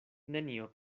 nenio